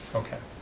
okay,